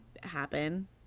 happen